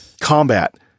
combat